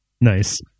Nice